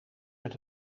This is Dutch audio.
met